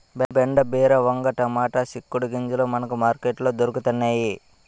బెండ బీర వంగ టమాటా సిక్కుడు గింజలు మనకి మార్కెట్ లో దొరకతన్నేయి